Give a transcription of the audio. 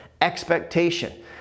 expectation